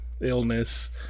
illness